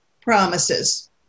promises